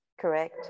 correct